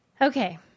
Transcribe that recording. Okay